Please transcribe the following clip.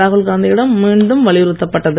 ராகுல்காந்தியிடம் மீண்டும் வலியுறுத்தப்பட்டது